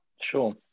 Sure